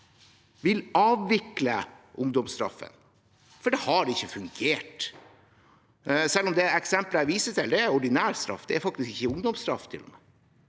vil avvikle ungdomsstraffen, for det har ikke fungert, selv om det eksemplet jeg viser til, er ordinær straff. Det er faktisk ikke ungdomsstraff.